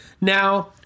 Now